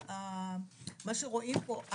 מה שרואים פה,